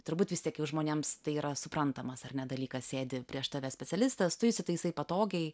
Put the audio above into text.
turbūt vis tiek jau žmonėms tai yra suprantamas ar ne dalykas sėdi prieš tave specialistas tu įsitaisai patogiai